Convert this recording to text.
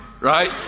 Right